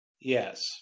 Yes